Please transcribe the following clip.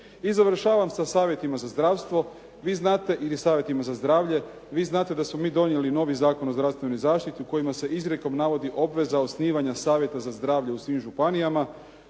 I završavam sa savjetima za zdravstvo ili savjetima za zdravlje. Vi znate da smo mi donijeli novi Zakon o zdravstvenoj zaštiti u kojem se izrijekom navodi obveza osnivanja Savjeta za zdravlje u svim županijama.